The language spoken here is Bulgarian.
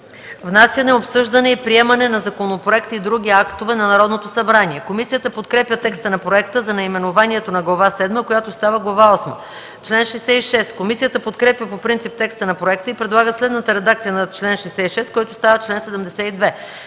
Внасяне, обсъждане и приемане на законопроекти и други актове на Народното събрание”. Комисията подкрепя текста на проекта за наименованието на Глава седма, която става Глава осма. По чл. 66 комисията подкрепя по принцип текста на проекта и предлага следната редакция на чл. 66, който става чл. 72: